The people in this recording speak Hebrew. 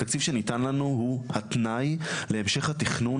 התקציב שניתן לנו הוא התנאי להמשך התכנון